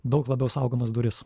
daug labiau saugomas duris